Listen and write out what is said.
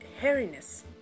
hairiness